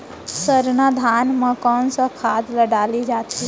सरना धान म कोन सा खाद ला डाले जाथे?